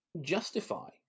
Justify